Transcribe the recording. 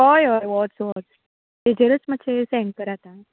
हय हय होच होच हेचेरच मातशें सेंड करात आं